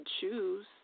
choose